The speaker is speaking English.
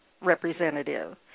representative